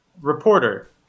reporter